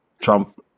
Trump –